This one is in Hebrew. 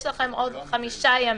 יש לכם עוד חמישה ימים.